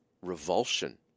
revulsion